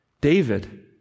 David